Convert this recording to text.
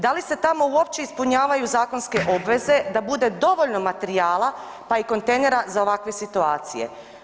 Da li se tamo uopće ispunjavaju zakonske obveze da bude dovoljno materijala, pa i kontejnera za ovakve situacije?